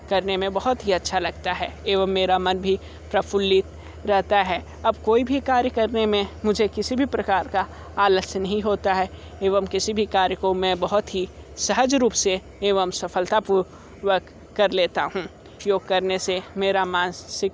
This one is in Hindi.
करने में बहुत ही अच्छा लगता है एवं मेरा मन भी प्रफ़ुल्लित रहता है अब कोई भी कार्य करने में मुझे किसी भी प्रकार का आलस नहीं होता है एवं किसी भी कार्य को मैं बहुत ही सहज रूप से एवं सफलतापूर्वक कर लेता हूँ योग करने से मेरा मांसिक